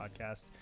podcast